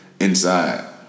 Inside